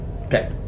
Okay